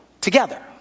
together